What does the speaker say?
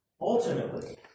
ultimately